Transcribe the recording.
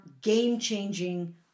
game-changing